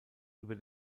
über